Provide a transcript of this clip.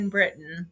Britain